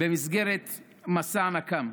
במסגרת מסע הנקם.